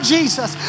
Jesus